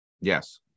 Yes